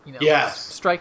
Yes